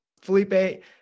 Felipe